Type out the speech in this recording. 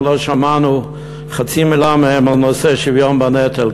לא שמענו חצי מילה מהם בנושא שוויון בנטל.